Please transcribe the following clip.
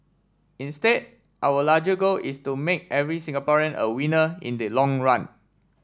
instead our larger goal is to make every Singaporean a winner in the long run